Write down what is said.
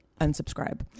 unsubscribe